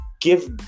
give